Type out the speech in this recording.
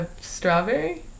strawberry